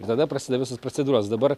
ir tada prasideda visos procedūros dabar